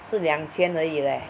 是两千而已 leh